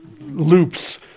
loops